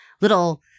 little